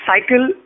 cycle